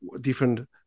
different